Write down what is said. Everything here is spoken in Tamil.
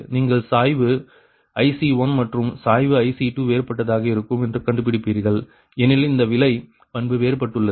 நீங்கள் சாய்வு IC1 மற்றும் சாய்வு IC2 வேறுபட்டதாக இருக்கும் என்று கண்டுபிடிப்பீர்கள் ஏனெனில் இந்த விலை பண்பு வேறுபட்டுள்ளது